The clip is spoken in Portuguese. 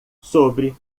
sobre